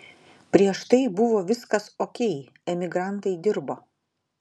prieš tai buvo viskas okei emigrantai dirbo